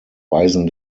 weisen